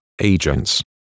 agents